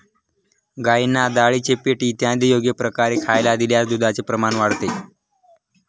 गाईंना डाळीचे पीठ इत्यादी योग्य प्रकारे खायला दिल्यास दुधाचे प्रमाण वाढते